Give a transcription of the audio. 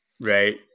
right